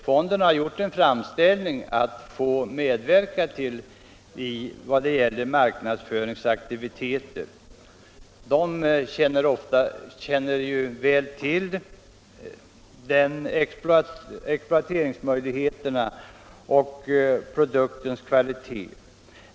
Fonden har gjort en framställning om att få medverka till marknadsföringsaktiviteter. Man känner väl till exploateringsmöjligheterna och produktens kvalitet.